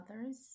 others